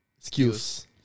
Excuse